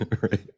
right